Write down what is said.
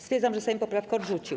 Stwierdzam, że Sejm poprawkę odrzucił.